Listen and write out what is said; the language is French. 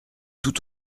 tout